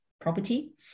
property